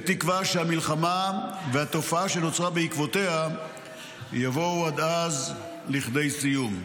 בתקווה שהמלחמה והתופעה שנוצרה בעקבותיה יבואו עד אז לכדי סיום.